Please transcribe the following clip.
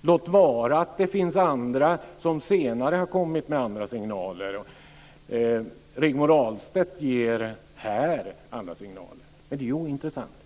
låt vara att det finns andra som senare har kommit med andra signaler. Rigmor Stenmark ger här andra signaler. Men det är ointressant.